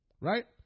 right